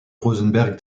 rosenberg